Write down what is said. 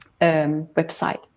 website